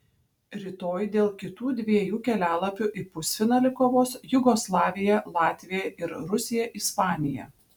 rytoj dėl kitų dviejų kelialapių į pusfinalį kovos jugoslavija latvija ir rusija ispanija